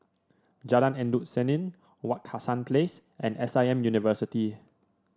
Jalan Endut Senin Wak Hassan Place and S I M University